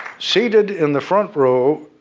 seated in the front row,